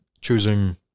choosing